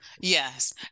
yes